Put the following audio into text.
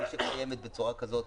כפי שקיימת בצורה כזאת,